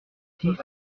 six